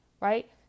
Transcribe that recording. Right